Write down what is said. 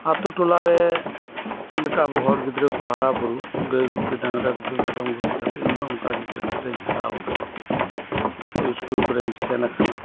ᱟᱛᱳ ᱴᱚᱞᱟᱨᱮ ᱪᱮᱫᱞᱮᱠᱟ ᱟᱵᱩ ᱦᱚᱲ ᱜᱤᱫᱽᱨᱟᱹᱠᱩ ᱦᱟᱨᱟ ᱵᱩᱨᱩᱜ ᱜᱟᱹᱭ ᱜᱩᱯᱤ ᱰᱟᱝᱨᱟ ᱜᱩᱯᱤ ᱢᱮᱨᱚᱢ ᱜᱩᱯᱤ ᱠᱟᱛᱮᱜ ᱤᱧᱦᱚᱸ ᱚᱱᱠᱟᱜᱤ ᱠᱟᱹᱴᱤᱡ ᱨᱮᱧ ᱦᱟᱨᱟ ᱟᱠᱟᱱᱟ ᱟᱛᱳ ᱥᱠᱩᱞ ᱠᱚᱨᱮᱧ ᱥᱮᱱ ᱟᱠᱟᱱᱟ